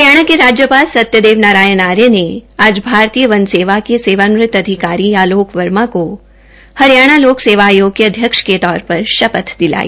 हरियाणा के राज्यपाल सत्यदेव नारायण आर्य ने आज भारतीय वन सेवा के सेवानिवृत अधिकारी अलोक वर्मा को हरियाणा लोक सेवा आयोग के अध्यक्ष की तौर पर शपथ दिलाई